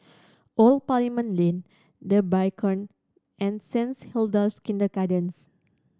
Old Parliament Lane The Beacon and Saints Hilda's Kindergarten